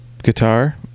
guitar